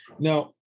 Now